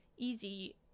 Easy